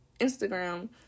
Instagram